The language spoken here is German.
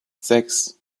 sechs